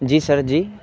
جی sir جی